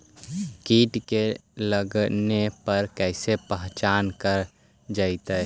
कीट के लगने पर कैसे पहचान कर जयतय?